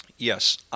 Yes